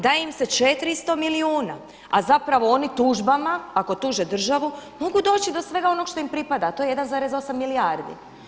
Daje im se 400 milijuna, a zapravo oni tužbama ako tuže državu mogu doći do svega onoga što im pripada, a to je 1,8 milijardi.